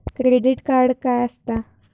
Credit card काय असता?